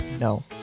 no